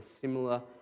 similar